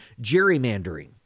gerrymandering